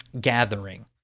gathering